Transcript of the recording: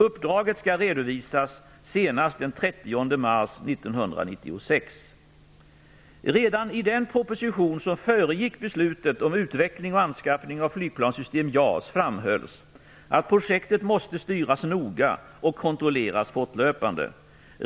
Uppdraget skall redovisas senast den 30 mars Redan i den proposition som föregick beslutet om utveckling och anskaffning av flygplansystem JAS framhölls att projektet måste styras noga och kontrolleras fortlöpande.